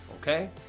okay